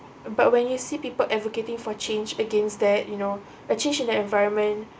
but when you see people advocating for change against that you know a change in that environment